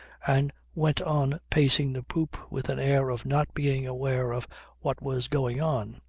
and went on pacing the poop with an air of not being aware of what was going on,